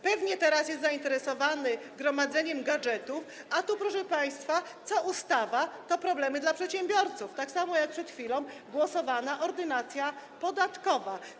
Pewnie teraz jest zainteresowany gromadzeniem gadżetów, a tu, proszę państwa, co ustawa, to problemy dla przedsiębiorców, tak samo jak w przypadku przed chwilą głosowanej ordynacji podatkowej.